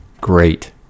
great